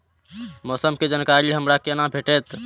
मौसम के जानकारी हमरा केना भेटैत?